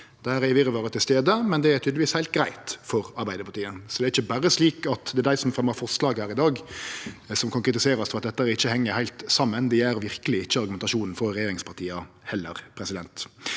Der er virvaret til stades, men det er tydelegvis heilt greitt for Arbeidarpartiet. Så det er ikkje berre dei som fremjar forslag her i dag, som kan kritiserast for at dette ikkje heng heilt saman. Det gjer verkeleg ikkje argumentasjonen frå regjeringspartia heller. Vi synest